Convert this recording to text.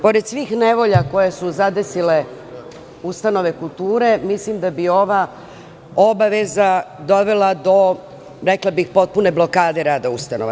Pored svih nevolja koje su zadesile ustanove kulture, mislim da ova obaveza dovela do potpune blokade rada ustanova.